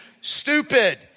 stupid